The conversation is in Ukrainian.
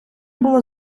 було